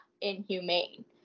inhumane